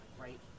right